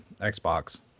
Xbox